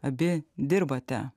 abi dirbate